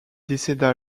décéda